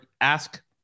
ask